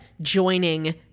joining